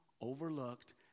overlooked